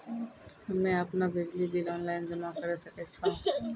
हम्मे आपनौ बिजली बिल ऑनलाइन जमा करै सकै छौ?